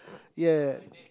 ya